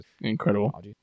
Incredible